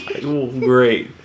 Great